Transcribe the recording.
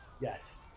Yes